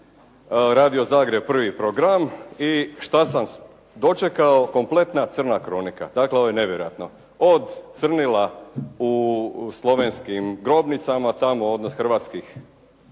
radio Zagreb prvi program. I šta sam dočekao. Kompletna crna kronika. Dakle, ovo je nevjerojatno. Od crnila u slovenskim grobnicama tamo od hrvatskih,